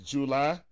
July